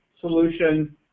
solution